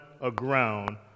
aground